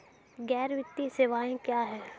गैर वित्तीय सेवाएं क्या हैं?